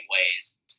ways